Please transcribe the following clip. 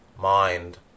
mind